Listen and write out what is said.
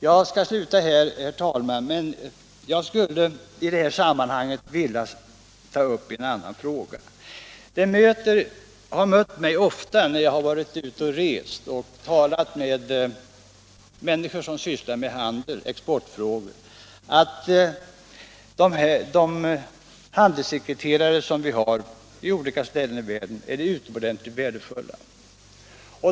Jag skulle, herr talman, innan jag slutar vilja ta upp en annan fråga. När jag har varit ute och rest och talat med människor som sysslar med handelsoch exportfrågor har jag kunnat konstatera att de handelssekreterare vi har på olika ställen i världen är utomordentligt värdefulla.